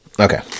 Okay